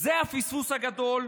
זה הפספוס הגדול,